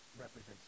represents